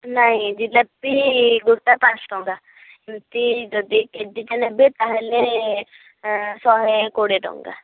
ନାଇଁ ଜିଲାପି ଗୋଟା ପାଞ୍ଚ ଟଙ୍କା ଯଦି କେଜିଟେ ନେବେ ତା'ହେଲେ ଶହେ କୋଡ଼ିଏ ଟଙ୍କା